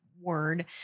word